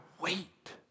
wait